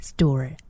Store